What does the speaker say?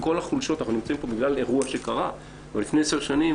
אנחנו נמצאים פה בגלל אירוע שקרה אבל לפני עשר שנים,